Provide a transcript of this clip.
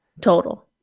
total